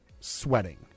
sweating